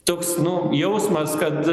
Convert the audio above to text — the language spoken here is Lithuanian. toks nu jausmas kad